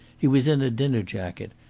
he was in a dinner-jacket,